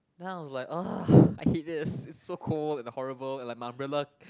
then I was like !ugh! I hate this it's so cold and horrible and my umbrella